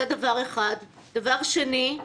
דבר שני,